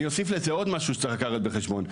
אני אוסיף לזה עוד משהו שצריך לקחת בחשבון.